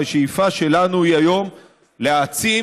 והשאיפה שלנו היא היום להעצים,